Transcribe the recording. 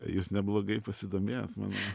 jūs neblogai pasidomėjot mano